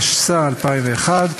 התשס"א 2001,